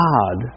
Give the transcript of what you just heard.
God